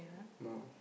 no